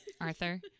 arthur